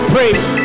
praise